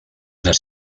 las